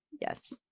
Yes